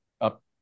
up